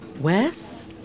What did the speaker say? Wes